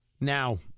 Now